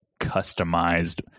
customized